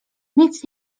nic